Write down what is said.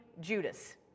Judas